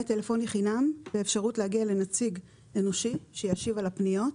טלפוני חינם ואפשרות להגיע לנציג אנושי שישיב על הפניות.